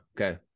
Okay